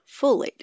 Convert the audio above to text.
folate